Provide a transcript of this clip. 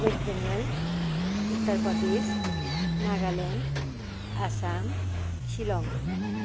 West Bengal Uttar Pradesh Nagaland Assam Shillong